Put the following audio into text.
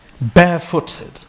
barefooted